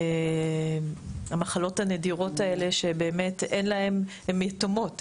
המחלות הנדירות האלה שבאמת הן יתומות,